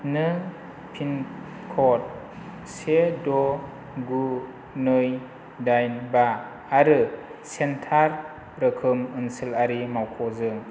नों पिनक'ड से द गु नै दाइन बा आरो सेन्टार रोखोम ओनसोलारि मावख'जों